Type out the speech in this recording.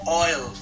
oil